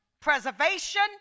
preservation